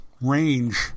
range